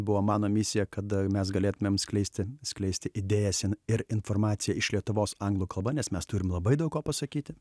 buvo mano misija kad mes galėtumėm skleisti skleisti idėjas ir informaciją iš lietuvos anglų kalba nes mes turim labai daug ką pasakyti